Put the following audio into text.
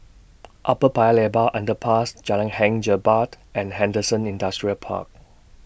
Upper Paya Lebar Underpass Jalan Hang Jebat and Henderson Industrial Park